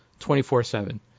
24-7